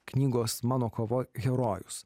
knygos mano kova herojus